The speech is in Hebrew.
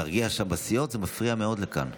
להרגיע שם בסיעות, זה מפריע מאוד כאן.